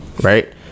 right